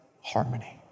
harmony